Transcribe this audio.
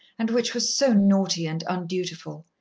and which was so naughty and undutiful.